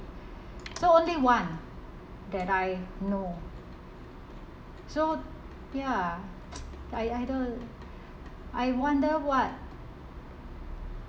so only one that I know so ya I either I wonder what